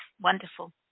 wonderful